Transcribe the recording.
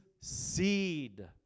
seed